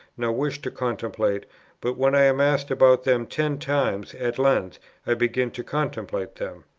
nor wish to contemplate but, when i am asked about them ten times, at length i begin to contemplate them.